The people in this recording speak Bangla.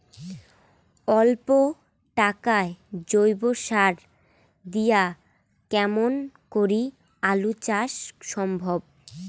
অল্প টাকার জৈব সার দিয়া কেমন করি আলু চাষ সম্ভব?